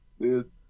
Dude